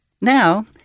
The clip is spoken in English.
Now